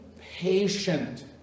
patient